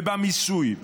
ובמיסוי,